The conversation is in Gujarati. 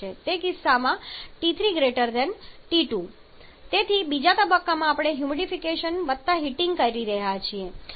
તે કિસ્સામાં T3 T2 તેથી બીજા તબક્કામાં આપણે બંને હ્યુમિડિફિકેશન વત્તા હીટિંગ કરી રહ્યા છીએ